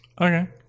okay